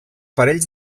parells